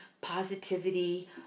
positivity